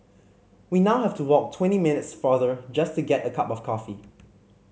we now have to walk twenty minutes farther just to get a cup of coffee